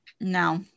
no